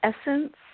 Essence